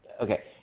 okay